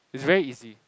it's very easy